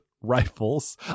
rifles